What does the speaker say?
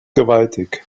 gewaltig